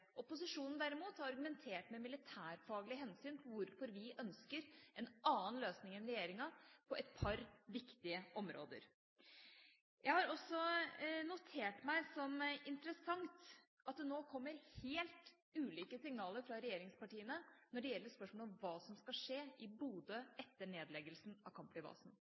Opposisjonen derimot har argumentert med militærfaglige hensyn for hvorfor vi ønsker en annen løsning enn regjeringa på et par viktige områder. Jeg har også notert meg som interessant at det nå kommer helt ulike signaler fra regjeringspartiene når det gjelder spørsmål om hva som skal skje i Bodø etter nedleggelsen av